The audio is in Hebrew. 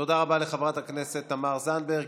תודה רבה לחברת הכנסת תמר זנדברג.